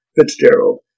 Fitzgerald